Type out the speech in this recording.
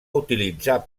utilitzar